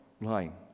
lying